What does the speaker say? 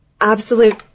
Absolute